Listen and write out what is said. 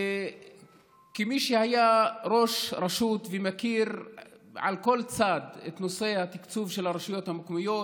כמי שהיה ראש רשות ומכיר מכל צד את נושא התקצוב של הרשויות המקומיות,